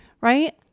Right